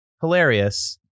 hilarious